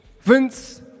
Vince